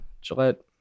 Gillette